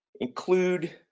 include